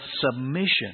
submission